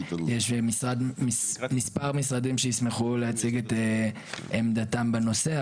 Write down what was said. יש מספר משרדים שישמחו להציג את עמדתם בנושא.